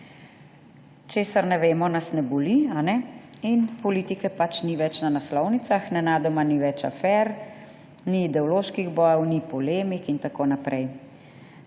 Česar ne vemo, nas ne boli, ali ne? Politike pač ni več na naslovnicah, nenadoma ni več afer, ni ideoloških bojev, ni polemik in tako naprej.